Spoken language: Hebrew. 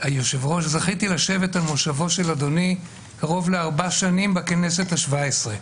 זכיתי לשבת על מושבו של אדוני קרוב לארבע שנים בכנסת ה-17,